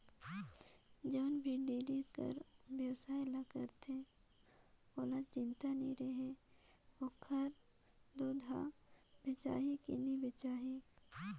जउन भी डेयरी कर बेवसाय ल करथे ओहला चिंता नी रहें कर ओखर दूद हर बेचाही कर नी बेचाही